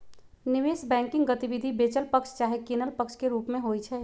निवेश बैंकिंग गतिविधि बेचल पक्ष चाहे किनल पक्ष के रूप में होइ छइ